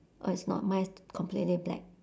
oh it's not mine is completely black